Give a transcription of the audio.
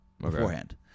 beforehand